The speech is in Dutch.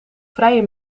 vrije